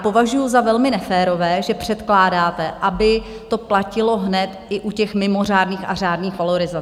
Považuju za velmi neférové, že předkládáte, aby to platilo hned i u těch mimořádných a řádných valorizací.